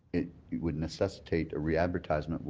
it would necessitate a readvertisement,